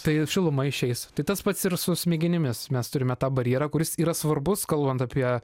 tai šiluma išeis tai tas pats ir su smegenimis mes turime tą barjerą kuris yra svarbus kalbant apie